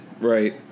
Right